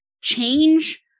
change